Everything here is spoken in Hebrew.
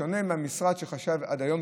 בשונה ממה שהמשרד חשב עד היום,